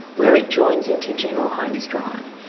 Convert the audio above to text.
where it joins into general holmes drive,